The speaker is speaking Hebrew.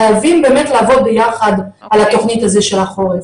חייבים לעבוד ביחד על התוכנית של החורף.